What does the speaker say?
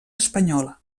espanyola